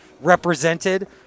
represented